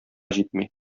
җитми